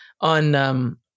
on